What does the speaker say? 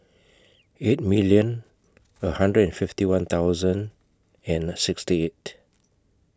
eighty million A hundred and fifty one thousand and sixty eight